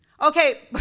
Okay